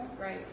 Right